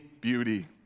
beauty